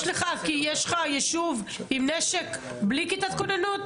יש לך ישוב עם נשק בלי כיתת כוננות?